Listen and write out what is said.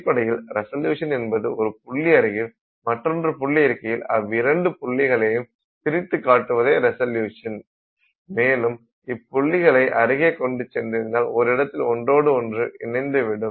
அடிப்படையில் ரிசல்யுசன் என்பது ஒரு புள்ளி அருகில் மற்றொரு புள்ளி இருக்கையில் அவ்விரண்டு புள்ளிகளையும் பிரித்து காட்டுவதே ரிசல்யுசன் ஆகும் மேலும் இப்புள்ளிகளை அருகே கொண்டு சென்றிருந்தால் ஓரிடத்தில் ஒன்றோடு ஒன்று இணைந்து விடும்